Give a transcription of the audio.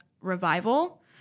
revival